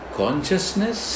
consciousness